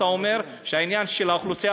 שאתה אומר שהעניין של האוכלוסייה